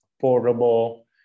Portable